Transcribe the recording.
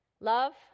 Love